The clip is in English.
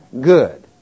good